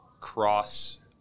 cross